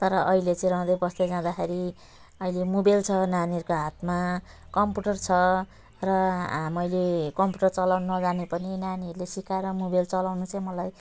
तर अहिले चाहिँ रहँदै बस्दै जाँदाखेरि अहिले मोबाइल छ नानीहरूको हातमा कम्प्युटर छ र हा मैले कम्प्युटर चलाउन नजाने पनि नानीहरूले सिकाएर मोबाइल चलाउन चाहिँ मलाई